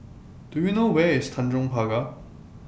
Do YOU know Where IS Tanjong Pagar